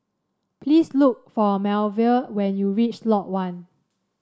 please look for Melville when you reach Lot One